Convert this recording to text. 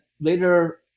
later